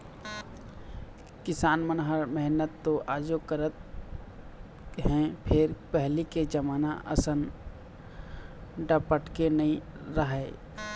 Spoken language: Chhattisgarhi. किसान मन ह मेहनत तो आजो करत हे फेर पहिली के जमाना असन डपटके नइ राहय